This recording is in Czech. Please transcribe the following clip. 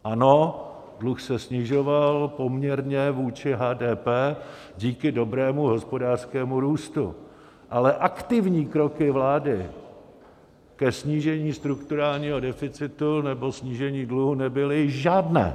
Ano, dluh se snižoval poměrně vůči HDP díky dobrému hospodářskému růstu, ale aktivní kroky vlády ke snížení strukturálního deficitu nebo snížení dluhu nebyly žádné.